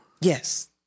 Yes